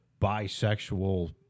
bisexual